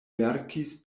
verkis